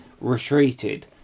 retreated